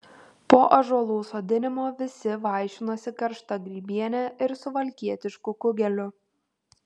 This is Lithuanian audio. po ąžuolų sodinimo visi vaišinosi karšta grybiene ir suvalkietišku kugeliu